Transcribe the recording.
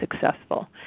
successful